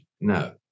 no